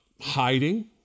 hiding